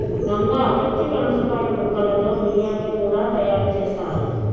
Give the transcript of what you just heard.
రంగా పచ్చి పనసకాయ ముక్కలతో బిర్యానీ కూడా తయారు చేస్తారు